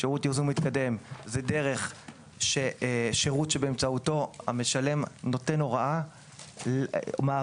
שירות ייזום מתקדם זה שירות שבאמצעותו המשלם נותן הוראה למנהל